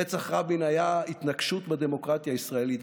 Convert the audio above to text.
רצח רבין היה התנקשות בדמוקרטיה הישראלית.